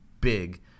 big